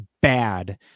bad